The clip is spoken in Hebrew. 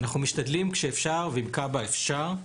אנחנו משתדלים כשאפשר, ועם כב"ה אפשר,